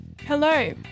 Hello